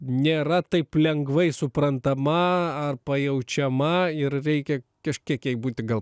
nėra taip lengvai suprantama ar pajaučiama ir veikia kažkiek jai būti gal